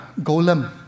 Golem